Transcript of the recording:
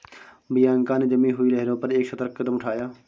Bianca ने जमी हुई लहरों पर एक सतर्क कदम उठाया